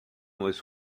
was